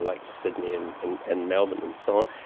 like sydney and and and melbourne and so on.